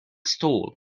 stall